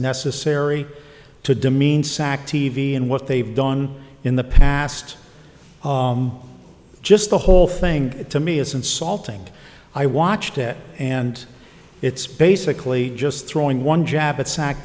necessary to demean sac t v and what they've done in the past just the whole thing to me is insulting i watched it and it's basically just throwing one jab at